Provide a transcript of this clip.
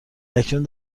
اکنون